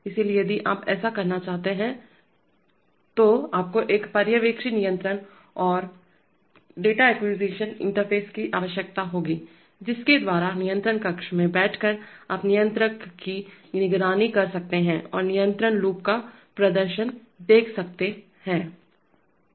इसलिए यदि आप ऐसा करना चाहते हैं तो आपको एक पर्यवेक्षी नियंत्रण और डेटा एक्वीजीशन इंटरफ़ेस की आवश्यकता होगी जिसके द्वारा नियंत्रण कक्ष में बैठकर आप नियंत्रक की निगरानी कर सकते हैं और नियंत्रण लूप का प्रदर्शन देख सकते हैं